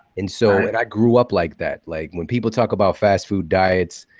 and so and i grew up like that. like when people talk about fast food diets,